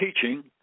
teaching –